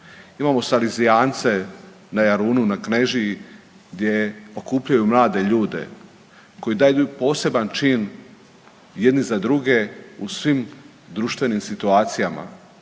Imamo Salezijance na Jarunu na Knežiji gdje okupljaju mlade ljude koji daju jedan poseban čin jedni za druge u svim društvenim situacijama,